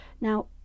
Now